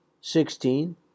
sixteen